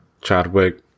Chadwick